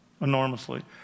enormously